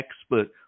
expert